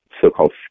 so-called